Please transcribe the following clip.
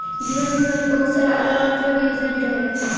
जीवन बीमा में बहुत सारा अलग अलग तरह के योजना भी रहेला